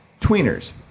tweeners